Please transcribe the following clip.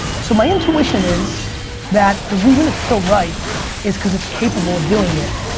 so my intuition is that the reason it's so right is cause it's capable of doing it,